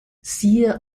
siehe